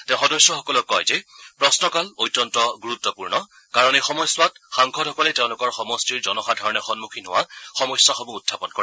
তেওঁ সদস্যসকলক কয় যে প্ৰশ্নকাল অত্যন্ত গুৰুত্বপূৰ্ণ কাৰণ এই সময়ছোৱাত সাংসদসকলে তেওঁলোকৰ সমষ্টিৰ জনসাধাৰণে সন্মুখীন হোৱা সমস্যাসমূহ উখাপন কৰে